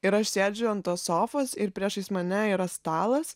ir aš sėdžiu ant tos sofos ir priešais mane yra stalas